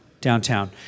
downtown